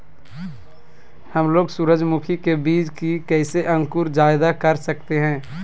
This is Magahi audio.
हमलोग सूरजमुखी के बिज की कैसे अंकुर जायदा कर सकते हैं?